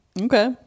Okay